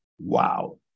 wow